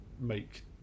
make